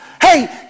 Hey